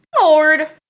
Lord